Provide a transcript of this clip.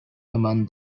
among